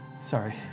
sorry